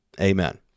Amen